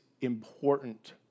important